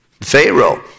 Pharaoh